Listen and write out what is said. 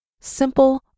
Simple